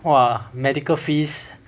!wah! medical fees